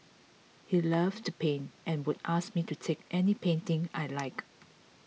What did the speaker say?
he loved to paint and would ask me to take any painting I liked